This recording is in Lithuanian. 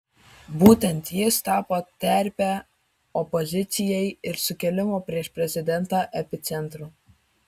būtent jis tapo terpe opozicijai ir sukilimo prieš prezidentą epicentru